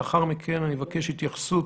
לאחר מכן אבקש התייחסות